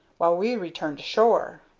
while we return to shore.